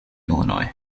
illinois